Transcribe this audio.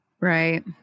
Right